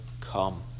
come